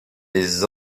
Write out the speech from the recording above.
les